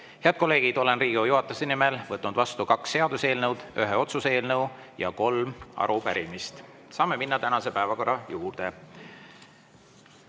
Head kolleegid, olen Riigikogu juhatuse nimel võtnud vastu kaks seaduseelnõu, ühe otsuse eelnõu ja kolm arupärimist. Saame minna tänase päevakorra juurde.